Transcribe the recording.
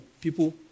people